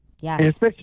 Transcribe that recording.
Yes